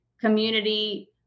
community